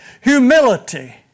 humility